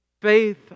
Faith